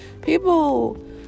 people